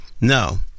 No